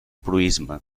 proïsme